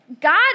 God